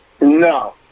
No